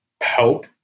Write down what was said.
help